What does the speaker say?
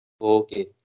okay